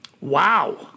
wow